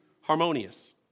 harmonious